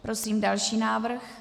Prosím další návrh.